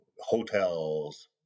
hotels